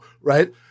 Right